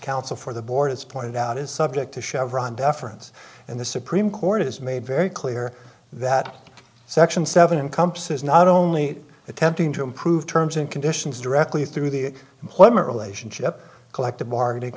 counsel for the board it's pointed out is subject to chevron deference and the supreme court has made very clear that section seven encompasses not only attempting to improve terms and conditions directly through the employment relationship collective bargaining